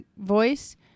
voice